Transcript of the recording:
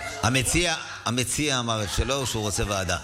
המציע אמר את שלו, שהוא רוצה ועדה.